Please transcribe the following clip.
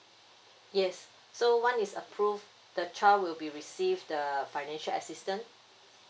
yes so once its approved the child will be receive the financial assistance